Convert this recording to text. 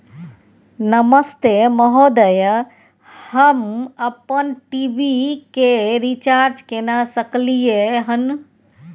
नमस्ते महोदय, हम अपन टी.वी के रिचार्ज केना के सकलियै हन?